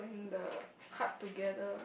the heart together